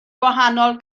gwahanol